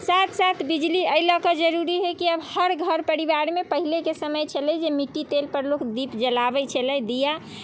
साथ साथ बिजली एहि लऽके जरूरी हइ कि अब हर घर परिवारमे पहिलेके समय छलै जे मिट्टी तेल पर लोग दीप जलाबैत छलै दिआ